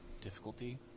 difficulty